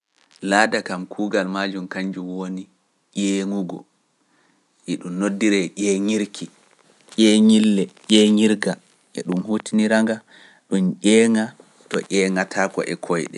Laada kam kuugal maajum kanjum woni ƴeeŋugo, e ɗum noddire ƴeeñirki, ƴeeñille, ƴeeñirga, e ɗum huutinira nga ɗum ƴeeŋa to ƴeeŋataako e koyɗe.